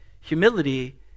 humility